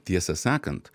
tiesą sakant